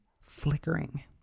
flickering